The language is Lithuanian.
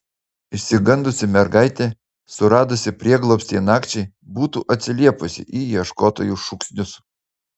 išsigandusi mergaitė suradusi prieglobstį nakčiai būtų atsiliepusi į ieškotojų šūksnius